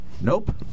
Nope